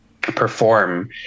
perform